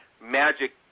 magic